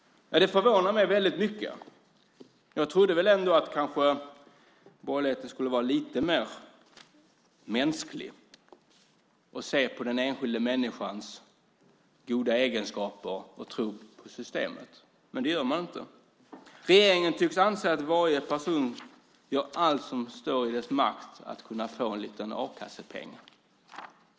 Det förvånar mig väldigt mycket. Jag trodde ändå att borgerligheten skulle vara lite mer mänsklig och se till den enskilda människans goda egenskaper och tro på systemet. Men det gör man inte. Regeringen tycks anse att varje person gör allt som står i deras makt att kunna få en liten a-kassepeng.